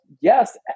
yes